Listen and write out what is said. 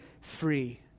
free